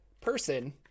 person